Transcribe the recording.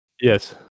yes